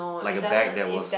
like a bag that was